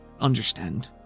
understand